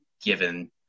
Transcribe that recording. given